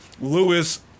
Lewis